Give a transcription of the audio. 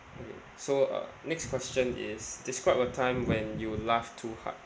so uh next question is describe a time when you laughed too hard